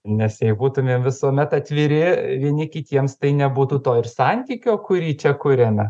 nes jei būtumėm visuomet atviri vieni kitiems tai nebūtų to ir santykio kurį čia kuriame